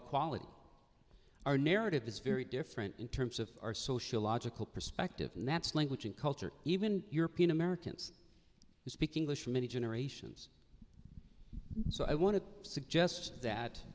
equality our narrative is very different in terms of our social logical perspective and that's language and culture even european americans speak english for many generations so i want to suggest that